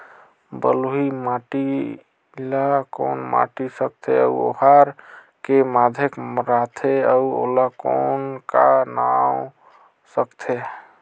बलुही माटी ला कौन माटी सकथे अउ ओहार के माधेक राथे अउ ओला कौन का नाव सकथे?